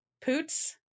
Poots